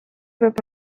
peab